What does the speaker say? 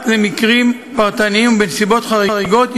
פרט למקרים פרטניים ובנסיבות חריגות,